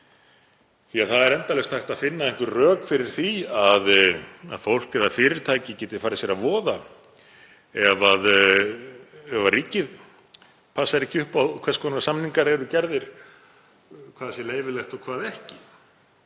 Það er endalaust hægt að finna einhver rök fyrir því að fólk eða fyrirtæki geti farið sér að voða ef ríkið passar ekki upp á hvers konar samningar eru gerðir, hvað sé leyfilegt og hvað ekki.